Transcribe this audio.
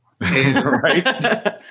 Right